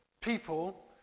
people